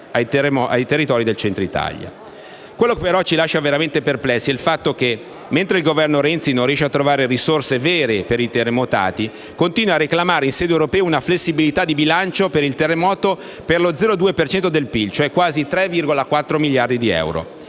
Quello che però ci lascia veramente perplessi è il fatto che, mentre il Governo Renzi non riesce a trovare risorse vere per i territori terremotati, continua a reclamare in sede europea una flessibilità di bilancio per il terremoto per lo 0,2 per cento del PIL, cioè quasi 3,4 miliardi di euro.